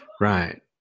right